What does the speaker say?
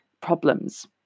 problems